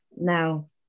Now